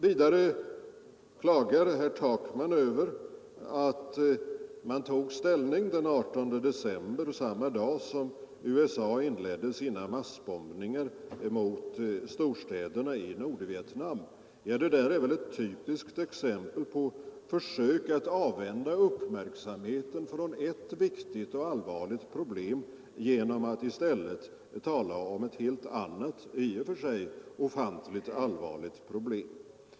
Vidare klagar herr Takman över att man tog ställning den 18 december, samma dag som USA inledde sina massbombningar mot storstäderna i Nordvietnam. Det där är väl ett typiskt exempel på försök att avvända uppmärksamheten från ett viktigt och allvarligt problem genom att i stället tala om ett helt annat i och för sig ofantligt allvarligt problem.